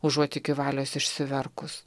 užuot iki valios išsiverkus